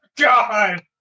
God